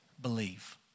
believe